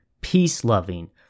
peace-loving